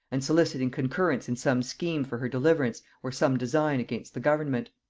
and soliciting concurrence in some scheme for her deliverance, or some design against the government.